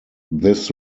this